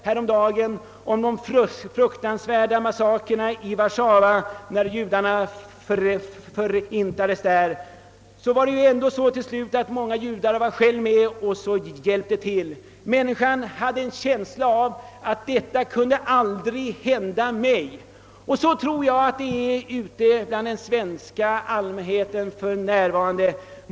En artikel om de fruktansvärda massakrerna i Warszawa när judarna förintades. Till slut var många judar själva med och hjälpte till, allt i hopp om att själv räddas. Människan har en känsla av att sådant kan aldrig hända just henne. Samma känsla tror jag även återfinns hos den svenska allmänheten för närvarande.